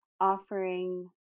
offering